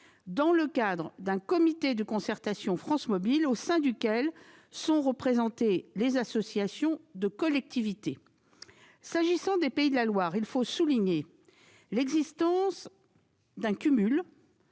dans le cadre d'un comité de concertation France Mobile, au sein duquel sont représentées les associations de collectivités. S'agissant des Pays de la Loire, il faut souligner l'existence du cumul